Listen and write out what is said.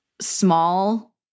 small